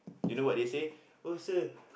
you know what they say oh sir